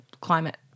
climate